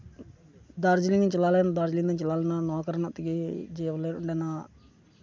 ᱫᱟᱨᱡᱤᱞᱤᱝ ᱤᱧ ᱪᱟᱞᱟᱣ ᱞᱮᱱ ᱫᱟᱨᱡᱤᱞᱤᱝ ᱫᱩᱧ ᱪᱟᱞᱟᱣ ᱞᱮᱱᱟ ᱱᱚᱣᱟ ᱠᱟᱨᱚᱱᱟᱜ ᱛᱮᱜᱮ ᱡᱮ ᱵᱚᱞᱮ ᱚᱸᱰᱮᱱᱟᱜ